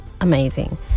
amazing